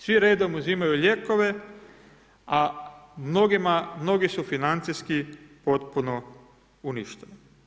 Svi redom uzimaju lijekove, a mnogi su financijski potpuno uništeni.